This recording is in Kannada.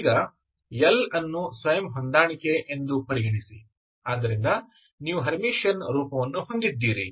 ಈಗ L ಅನ್ನು ಸ್ವಯಂ ಹೊಂದಾಣಿಕೆ ಎಂದು ಪರಿಗಣಿಸಿ ಆದ್ದರಿಂದ ನೀವು ಹರ್ಮಿಟಿಯನ್ ರೂಪವನ್ನು ಹೊಂದಿದ್ದೀರಿ